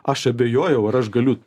aš abejojau ar aš galiu